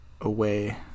away